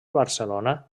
barcelona